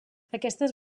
aquestes